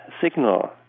signal